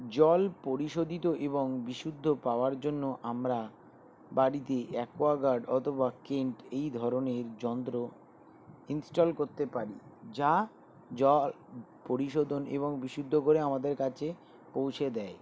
জল পরিশোধিত এবং বিশুদ্ধ পাওয়ার জন্য আমরা বাড়িতে অ্যাকোয়াগার্ড অথবা কেন্ট এই ধরনের যন্ত্র ইন্সটল করতে পারি যা জল পরিশোধন এবং বিশুদ্ধ করে আমাদের কাছে পৌঁছে দেয়